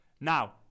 Now